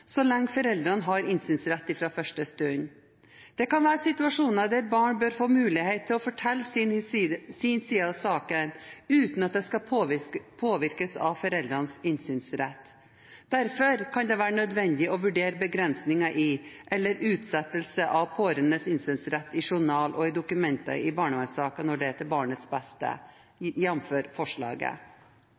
så lenge foreldrene har innsynsrett fra første stund. Det kan være situasjoner der barn bør få mulighet til å fortelle fra sin side i saken, uten at det skal påvirkes av foreldrenes innsynsrett. Derfor kan det være nødvendig å vurdere begrensninger i, eller utsettelse av, pårørendes innsynsrett i journal og i dokumenter i barnevernssaker, når det er til barnets beste, jf. forslaget.